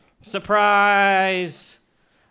Surprise